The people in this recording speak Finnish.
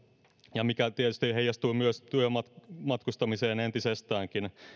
ja mikä tietysti heijastuu myös työmatkustamiseen entisestäänkin